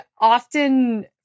often